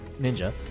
Ninja